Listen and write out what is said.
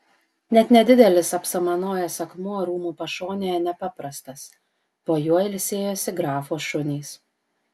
net nedidelis apsamanojęs akmuo rūmų pašonėje nepaprastas po juo ilsėjosi grafo šunys